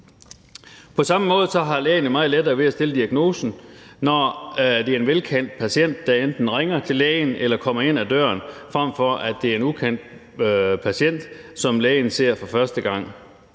På samme måde har lægen meget lettere ved at stille diagnosen, når det er en kendt patient, der enten ringer til lægen eller kommer ind ad døren, frem for at det er en ukendt patient, som lægen ser for første gang.